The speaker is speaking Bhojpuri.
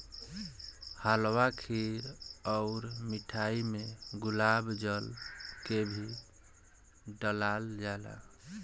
हलवा खीर अउर मिठाई में गुलाब जल के भी डलाल जाला